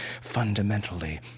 Fundamentally